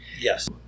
yes